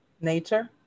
Nature